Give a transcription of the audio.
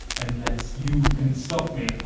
unless you can stop me